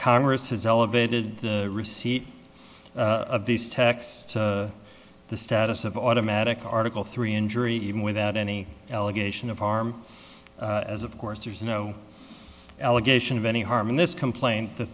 congress has elevated the receipt of these texts the status of automatic article three injury even without any allegation of harm as of course there's no allegation of any harm in this complaint the